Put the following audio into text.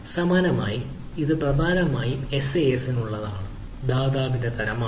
സമാനമായി ഇത് പ്രധാനമായും SaaS നുള്ളതാണെങ്കിലും ദാതാവിന്റെ തരമാണ്